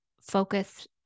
Focus